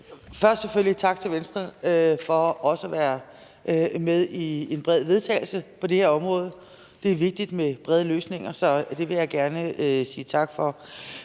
jeg selvfølgelig sige tak til Venstre for også at være med i et bredt forslag til vedtagelse på det her område. Det er vigtigt med brede løsninger, så det vil jeg gerne sige tak for.